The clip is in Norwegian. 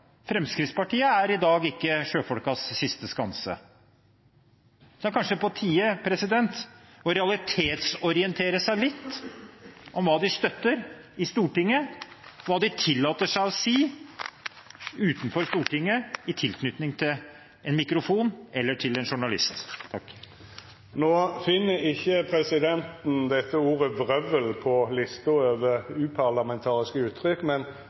Fremskrittspartiet er i dag ikke sjøfolkenes siste skanse. Det er kanskje på tide å realitetsorientere seg litt med tanke på hva de støtter i Stortinget, og hva de tillater seg å si utenfor Stortinget, i tilknytning til en mikrofon eller til en journalist. Presidenten finn ikkje ordet «vrøvl» på lista over uparlamentariske uttrykk,